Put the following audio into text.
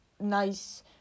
nice